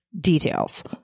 details